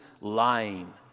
lying